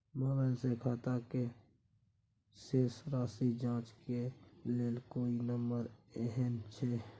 Mobile से खाता के शेस राशि जाँच के लेल कोई नंबर अएछ?